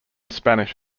spanish